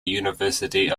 university